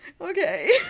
okay